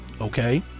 okay